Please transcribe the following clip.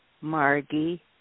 margie